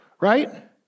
Right